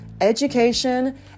education